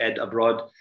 abroad